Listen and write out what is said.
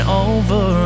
over